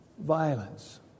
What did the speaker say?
Violence